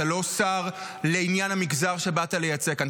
אתה לא שר לעניין המגזר שבאת לייצג כאן.